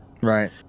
Right